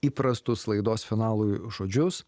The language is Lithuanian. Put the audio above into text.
įprastus laidos finalui žodžius